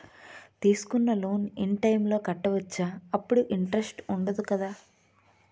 తీసుకున్న loan in time లో కట్టవచ్చ? అప్పుడు ఇంటరెస్ట్ వుందదు కదా?